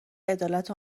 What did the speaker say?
عدالت